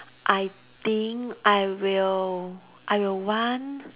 I think I will I will want